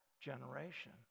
generation